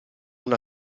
una